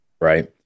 Right